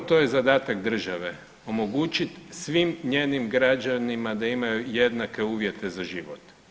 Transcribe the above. Upravo to je zadatak države omogućiti svim njenim građanima da imaju jednake uvjete za život.